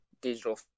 digital